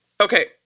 Okay